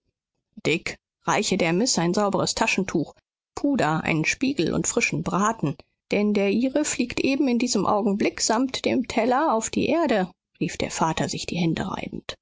dick reiche der miß ein sauberes taschentuch puder einen spiegel und frischen braten denn der ihre fliegt eben in diesem augenblick samt dem teller auf die erde rief der vater sich die hände reibend